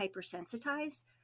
hypersensitized